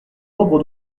nombre